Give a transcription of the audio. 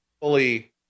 fully